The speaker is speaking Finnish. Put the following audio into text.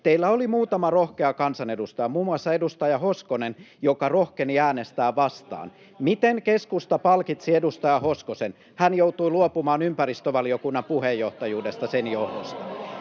teillä oli muutama rohkea kansanedustaja, muun muassa edustaja Hoskonen, joka rohkeni äänestää vastaan. [Oikealta: Jolle annoitte varoituksen!] Miten keskusta palkitsi edustaja Hoskosen? Hän joutui luopumaan ympäristövaliokunnan puheenjohtajuudesta sen johdosta.